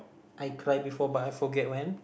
I cry before but I forget when